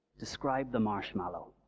describe the marshmallow.